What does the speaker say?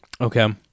Okay